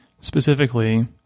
Specifically